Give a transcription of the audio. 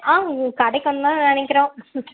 ஆங் கிடைக்குன்னு தான் நினைக்கிறோம்